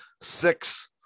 six